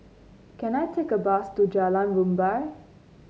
can I take a bus to Jalan Rumbia